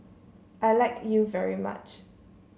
I like you very much